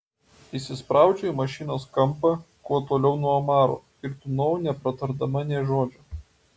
įsispraudžiau į mašinos kampą kuo toliau nuo omaro ir tūnojau nepratardama nė žodžio